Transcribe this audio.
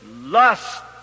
lust